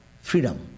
freedom